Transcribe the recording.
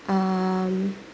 um